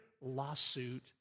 lawsuit